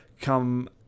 come